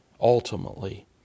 ultimately